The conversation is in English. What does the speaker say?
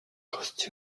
costs